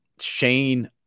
Shane